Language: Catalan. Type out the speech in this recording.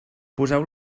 poseu